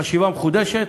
חשיבה מחודשת.